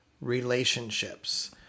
relationships